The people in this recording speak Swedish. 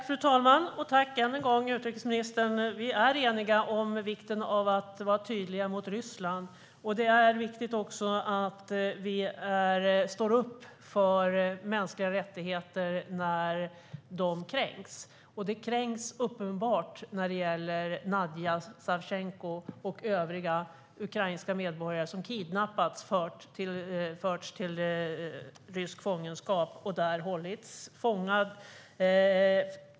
Fru talman! Tack än en gång, utrikesministern! Vi är eniga om vikten av att vara tydliga mot Ryssland. Det är viktigt att vi står upp för mänskliga rättigheter när de kränks. De kränks uppenbart när det gäller Nadija Savtjenko och övriga ukrainska medborgare som kidnappats och förts till rysk fångenskap.